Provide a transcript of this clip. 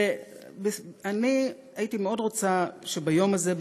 אני הייתי מאוד רוצה שביום הזה,